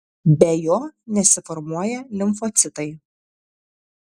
be jo nesiformuoja limfocitai